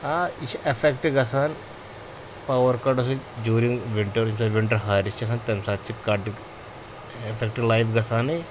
آ یہِ چھِ اٮ۪فٮ۪کٹ گَژھان پاوَر کَٹو سۭتۍ جوٗرِنٛگ وِنٹر ییٚمہ ساتہِ وِنٹَر ہارٮس چھِ آسان تَمہِ ساتہٕ چھِ کٹ ایٚفٮ۪کٹ لایِف گژھانٕے